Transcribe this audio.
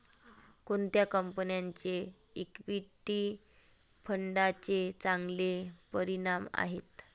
कोणत्या कंपन्यांचे इक्विटी फंडांचे चांगले परिणाम आहेत?